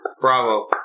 Bravo